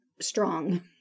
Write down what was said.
strong